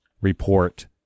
report